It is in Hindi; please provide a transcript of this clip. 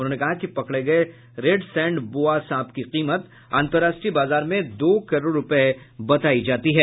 उन्होंने कहा कि पकड़े गये रेड सैंड बोआ सांप की कीमत अंतर्राष्ट्रीय बाजार में दो करोड़ रूपये बतायी जाती है